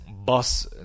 bus